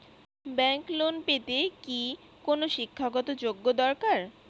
Bank loan পেতে কি কোনো শিক্ষা গত যোগ্য দরকার?